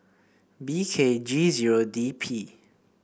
B K G zero D P